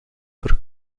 per